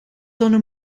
sonne